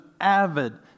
avid